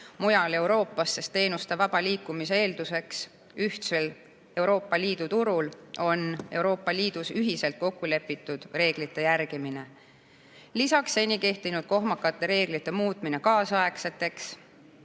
mujal Euroopas. Sest teenuste vaba liikumise eeldus ühtsel Euroopa Liidu turul on Euroopa Liidus ühiselt kokkulepitud reeglite järgimine, lisaks seni kehtinud kohmakate reeglite muutmine ajakohasteks.